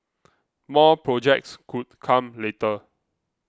more projects could come later